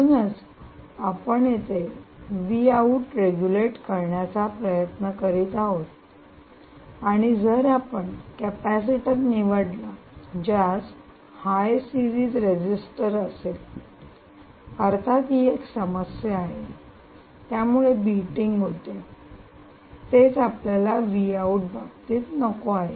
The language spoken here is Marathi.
म्हणूनच आपण येथे रेगुलेट करण्याचा प्रयत्न करीत आहोत आणि जर आपण कॅपेसिटर निवडला ज्यास हाय सिरीज रेजिस्टर असेल अर्थात ही एक समस्या आहे त्यामुळे बीटिंग होते तेच आपल्याला बाबतीत नको आहे